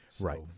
right